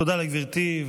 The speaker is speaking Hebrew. תודה לגברתי.